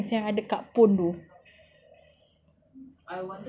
sis nak pergi yang that time punya halloween horror nights yang ada kak pon tu